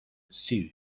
sud